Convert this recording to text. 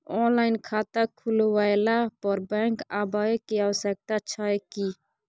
Online खाता खुलवैला पर बैंक आबै के आवश्यकता छै की?